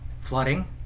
flooding